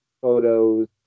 photos